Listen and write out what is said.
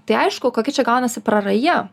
tai aišku kokia čia gaunasi praraja